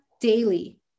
daily